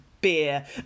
beer